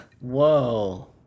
Whoa